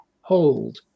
hold